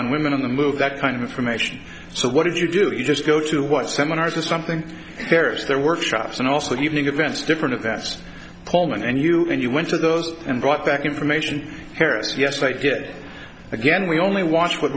on women in the move that kind of information so what did you do just go to what seminars is something harris there workshops and also giving events different events coleman and you and you went to those and brought back information harris yes i did again we only watch what